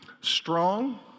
strong